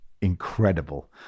incredible